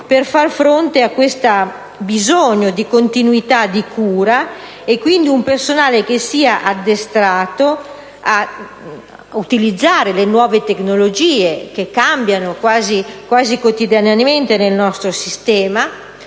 a far fronte a questo bisogno di continuità di cura. È necessario un personale addestrato ad utilizzare le nuove tecnologie, che cambiano quasi quotidianamente nel nostro sistema,